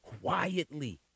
quietly